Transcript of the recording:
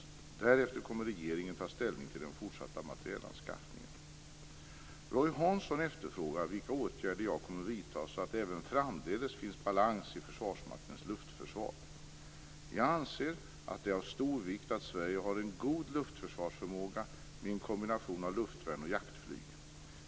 Därefter kommer regeringen att ta ställning till den fortsatta materielanskaffningen. Roy Hansson efterfrågar vilka åtgärder jag kommer att vidta så att det även framdeles finns balans i Jag anser att det är av stor vikt att Sverige har en god luftförsvarsförmåga med en kombination av luftvärn och jaktflyg.